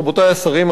רבותי השרים,